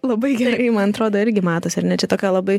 labai gerai man atrodo irgi matosi ar ne čia tokia labai